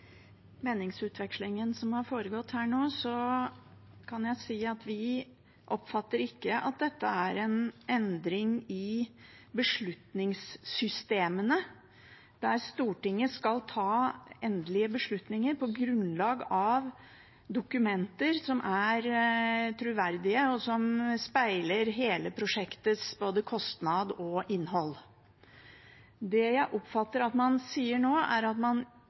meningsutvekslingen som har foregått her nå, kan jeg si at vi oppfatter ikke at dette er en endring i beslutningssystemene – der Stortinget skal ta endelige beslutninger på grunnlag av dokumenter som er troverdige, og som speiler hele prosjektets både kostnad og innhold. Det jeg oppfatter at man sier nå, er at man